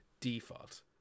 default